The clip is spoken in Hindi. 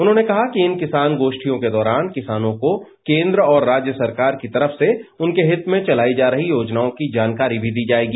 उन्होंने कहा किइन किसान गोष्ठियों के दौरान किसानं को केन्द्र और राज्य सरकार की तरहसे उनके हित में चलाई जा रही योजनायों की जानकारी भी दी जायेगी